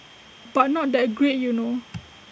but not that great you know